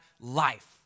life